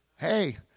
Hey